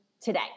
today